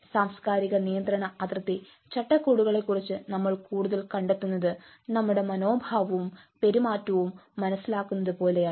സാംസ്കാരിക നിയന്ത്രണ അതിർത്തി ചട്ടക്കൂടുകളെക്കുറിച്ച് നമ്മൾ കൂടുതൽ കണ്ടെത്തുന്നത് നമ്മുടെ മനോഭാവവും പെരുമാറ്റവും മനസ്സിലാക്കുന്നത് പോലെയാണ്